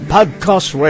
Podcast